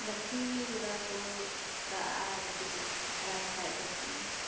ᱜᱟᱹᱪᱷᱤ ᱜᱚᱰᱟ ᱠᱩ ᱫᱟᱜ ᱟᱜᱼᱟ ᱡᱩᱫᱤ ᱟᱪᱷᱟᱲᱟᱭ ᱠᱷᱟᱡ ᱫᱚᱠᱩ